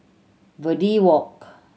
Verde Walk